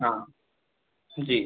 हाँ जी